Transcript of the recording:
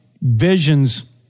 visions